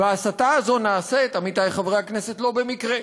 וההסתה הזאת נעשית, עמיתי חברי הכנסת, לא במקרה,